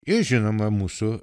ir žinoma mūsų